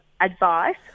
advice